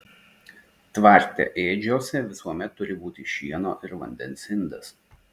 tvarte ėdžiose visuomet turi būti šieno ir vandens indas